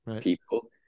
people